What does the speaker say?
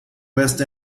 west